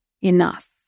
Enough